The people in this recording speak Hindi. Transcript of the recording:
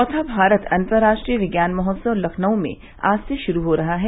चौथा भारत अतर्राष्ट्रीय विज्ञान महोत्सव लखनऊ में आज से शुरू हो रहा है